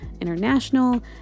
International